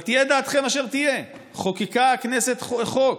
אבל תהיה דעתכם אשר תהיה, חוקקה הכנסת חוק.